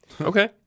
Okay